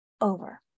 over